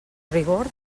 rigor